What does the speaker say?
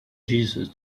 jesus